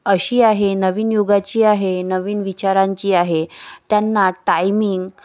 अशी आहे नवीन युगाची आहे नवीन विचारांची आहे त्यांना टायमिंग